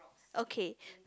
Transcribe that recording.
okay